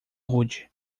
rude